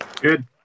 Good